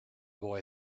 boy